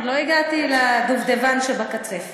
עוד לא הגעתי לדובדבן שבקצפת.